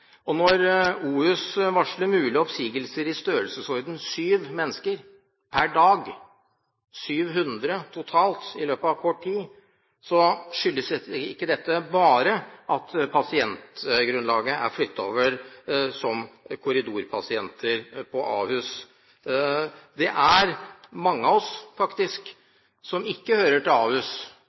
Når Oslo universitetssykehus varsler mulige oppsigelser i størrelsesorden syv ansatte per dag – 700 totalt i løpet av kort tid – skyldes dette ikke bare at pasientene er flyttet over som korridorpasienter på Ahus. Det er faktisk mange av oss som ikke hører til